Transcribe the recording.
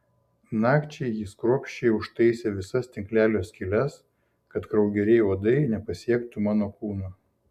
nakčiai jis kruopščiai užtaisė visas tinklelio skyles kad kraugeriai uodai nepasiektų mano kūno